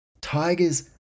Tigers